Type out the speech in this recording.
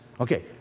Okay